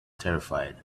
terrified